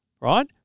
right